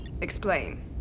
Explain